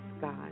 God